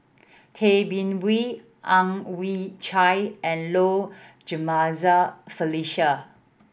Tay Bin Wee Ang Chwee Chai and Low Jimenez Felicia